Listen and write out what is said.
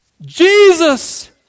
Jesus